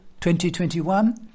2021